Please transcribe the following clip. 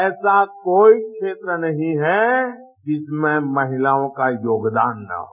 ऐसा कोई क्षेत्र नहीं है जिसमें महिलाओं का योगदान न हो